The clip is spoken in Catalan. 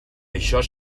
això